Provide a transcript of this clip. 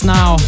Now